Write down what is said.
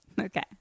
okay